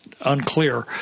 unclear